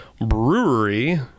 brewery